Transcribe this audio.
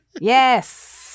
Yes